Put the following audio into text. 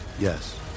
Yes